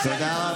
על מה אתה מדבר,